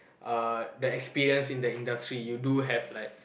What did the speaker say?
uh the experience in the industry you do have like